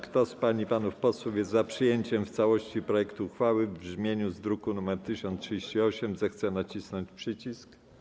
Kto z pań i panów posłów jest za przyjęciem w całości projektu uchwały w brzmieniu z druku nr 1038, zechce nacisnąć przycisk.